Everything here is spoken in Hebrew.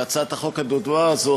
הצעת החוק הטובה הזאת,